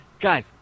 guys